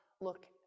look